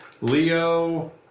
Leo